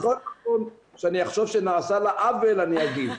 בכל מקום שאני אחשוב שנעשה לה עוול, אני אגיב.